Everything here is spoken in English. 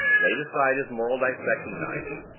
laid aside his moral dissecting-knife,